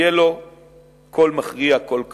יהיה לו קול מכריע, קול כפול.